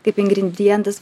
kaip ingredientas